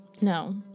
No